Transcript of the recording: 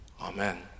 Amen